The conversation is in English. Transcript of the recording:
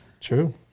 true